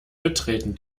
betreten